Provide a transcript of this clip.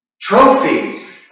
Trophies